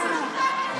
בסדר.